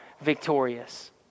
victorious